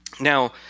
Now